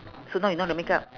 so now you know how to makeup